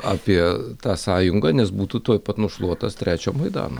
apie tą sąjungą nes būtų tuoj pat nušluotas trečio maidano